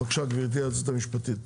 בבקשה, גבירתי, היועצת המשפטית.